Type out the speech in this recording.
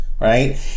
Right